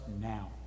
now